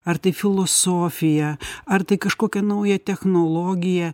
ar tai filosofiją ar tai kažkokią naują technologiją